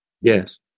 Yes